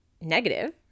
negative